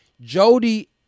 Jody